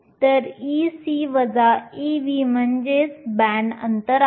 तर Ec Ev म्हणजेच band अंतर आहे